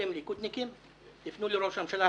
אתם ליכודניקים, תפנו לראש הממשלה.